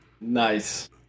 Nice